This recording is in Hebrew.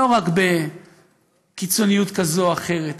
וזה לא רק בקיצוניות כזאת או אחרת,